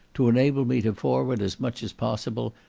to enable me to forward as much as possible,